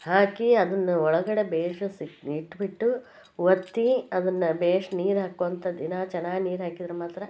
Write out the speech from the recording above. ಹಾಕಿ ಅದನ್ನು ಒಳಗಡೆ ಭೇಶ್ ಸಿಕ್ಸಿ ಇಟ್ಬಿಟ್ಟು ಒತ್ತಿ ಅದನ್ನು ಭೇಶ್ ನೀರು ಹಾಕ್ಕೋತ ದಿನ ಚೆನ್ನಾಗ್ ನೀರು ಹಾಕಿದ್ರೆ ಮಾತ್ರ